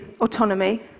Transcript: autonomy